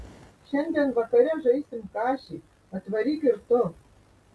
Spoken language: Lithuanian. šiandien vakare žaisim kašį atvaryk ir tu